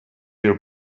your